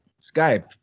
Skype